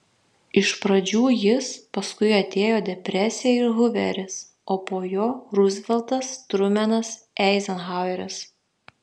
iš pradžių jis paskui atėjo depresija ir huveris o po jo ruzveltas trumenas eizenhaueris